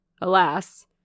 Alas